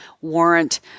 warrant